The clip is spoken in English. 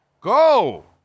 Go